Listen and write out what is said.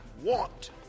want